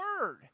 word